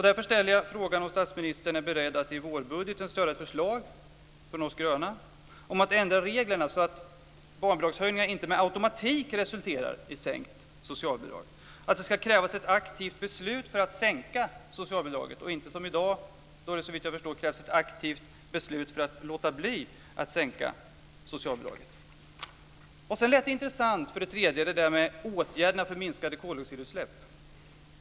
Därför ställer jag frågan om statsministern är beredd att i vårbudgeten stödja ett förslag från oss gröna om att ändra reglerna, så att barnbidragshöjningarna inte med automatik resulterar i sänkt socialbidrag. Det ska krävas ett aktivt beslut för att sänka socialbidraget så att det inte, som såvitt jag förstår gäller i dag, krävs ett aktivt beslut för att låta bli att sänka socialbidraget. Åtgärderna för minskade koldioxidutsläpp lät intressanta.